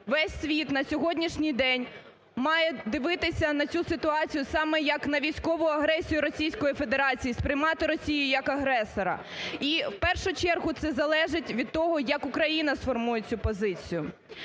весь світ на сьогоднішній день має дивитися на цю ситуацію саме як на військову агресію Російської Федерації, сприймати Росію як агресора. І в першу чергу це залежить від того, як Україна сформує цю позицію.